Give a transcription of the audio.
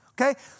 okay